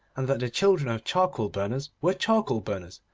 and that the children of charcoal-burners were charcoal burners,